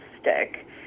stick